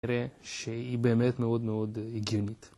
נראה שהיא באמת מאוד מאוד גילמית.